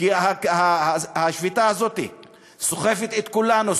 כי השביתה הזאת סוחפת את כולנו,